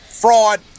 Fraud